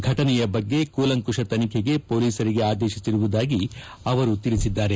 ಫಟನೆಯ ಬಗ್ಗೆ ಕೂಲಂಕುಶ ತನಿಖೆಗೆ ಮೊಲೀಸರಿಗೆ ಆದೇಶಿಸಿರುವುದಾಗಿ ಅವರು ತಿಳಿಸಿದ್ದಾರೆ